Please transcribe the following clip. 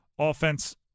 offense